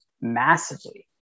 massively